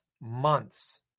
months